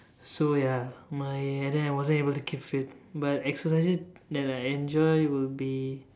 so ya my and then I wasn't able to keep fit but exercises that I enjoy will be